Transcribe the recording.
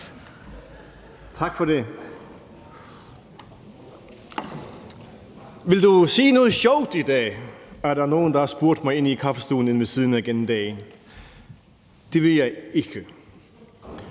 Vil du sige noget sjovt i dag? er der nogle der har spurgt mig om inde i kaffestuen ved siden af igennem dagen. Det vil jeg ikke.